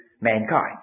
mankind